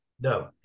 No